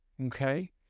okay